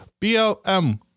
BLM